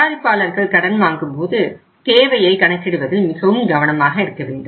தயாரிப்பாளர்கள் கடன் வாங்கும்போது தேவையை கணக்கிடுவதில் மிகவும் கவனமாக இருக்க வேண்டும்